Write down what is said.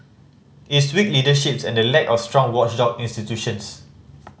it's weak leaderships and the lack of strong watchdog institutions